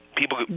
people